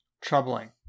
Troubling